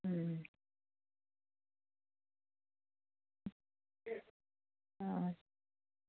अं आं